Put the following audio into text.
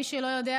למי שלא יודע,